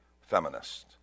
feminist